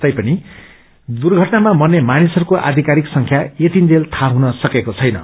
तैपनि दुर्घटनामा मर्ने मानिसहरूको आधिकारिक संख्या यतिजेल थाहा हुन सकेका छैन